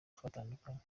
twatandukanye